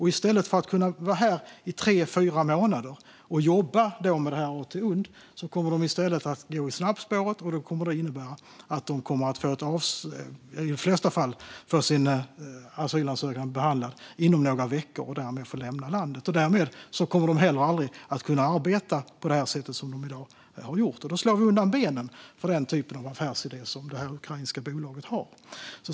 I stället för att kunna vara här i tre fyra månader och jobba med AT-UND kommer dessa personer i stället att gå i snabbspåret, och det kommer i de flesta fall att innebära att de får sin asylansökan behandlad inom några veckor och därmed får lämna landet. De kommer därmed aldrig att kunna arbeta på det sätt som skett, och då slår vi undan benen för den typ av affärsidé som det ukrainska bolaget har.